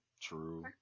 True